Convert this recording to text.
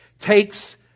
takes